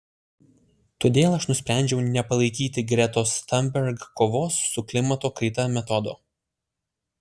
todėl aš nusprendžiau nepalaikyti gretos thunberg kovos su klimato kaita metodo